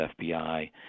FBI